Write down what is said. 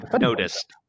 noticed